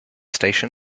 station